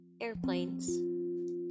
airplanes